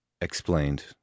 explained